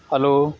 hello